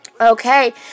okay